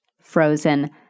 frozen